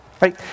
Right